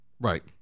Right